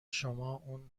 شما، اون